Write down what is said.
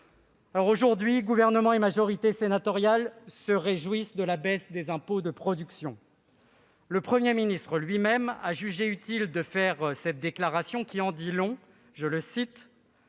Aujourd'hui, Gouvernement et majorité sénatoriale se réjouissent de la baisse des impôts de production. Le Premier ministre lui-même a jugé utile de faire une déclaration qui en dit long :« Le